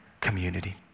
community